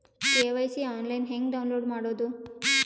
KYC online ಹೆಂಗ್ download ಮಾಡೋದು?